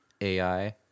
AI